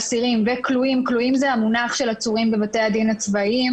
אסירים וכלואים כלואים זה המונח של עצורים בבתי הדין הצבאיים